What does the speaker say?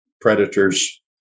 predators